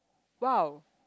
!wow!